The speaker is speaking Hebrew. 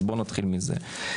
אז בוא נתחיל מזה.